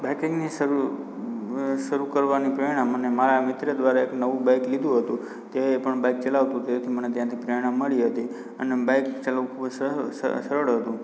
બાઈકિંગની શરુ શરુ કરવાની પ્રેરણા મને મારા મિત્ર દ્વારા નવું બાઇક લીધું હતું તે પણ બાઇક ચલાવતો હતો મને ત્યાંથી પ્રેરણા મળી હતી અને બાઇક ચલાવવું ખૂબ જ સર સરળ હતું